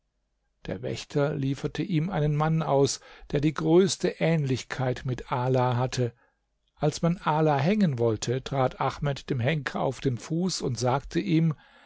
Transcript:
der wächter lieferte ihm einen mann aus der die größte ähnlichkeit mit ala hatte als man ala hängen wollte trat ahmed dem henker auf den fuß und sagte ihm